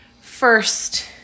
first-